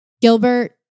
Gilbert